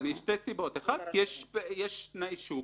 --- משתי סיבות: האחת, משום שיש תנאי שוק,